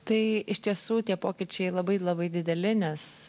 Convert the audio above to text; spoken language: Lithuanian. tai iš tiesų tie pokyčiai labai labai dideli nes